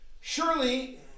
surely